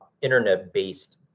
internet-based